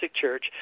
church